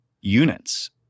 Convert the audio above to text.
units